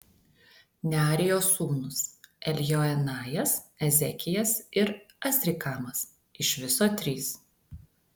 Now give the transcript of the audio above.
nearijos sūnūs eljoenajas ezekijas ir azrikamas iš viso trys